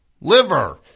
liver